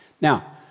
Now